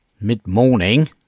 mid-morning